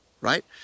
right